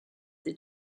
des